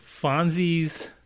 Fonzie's